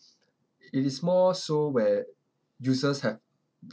it is more so where users have